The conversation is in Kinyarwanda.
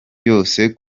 yose